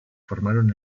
formaron